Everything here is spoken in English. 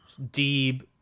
Deeb